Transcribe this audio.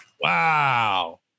wow